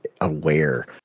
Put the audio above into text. aware